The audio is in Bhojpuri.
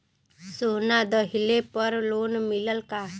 सोना दहिले पर लोन मिलल का?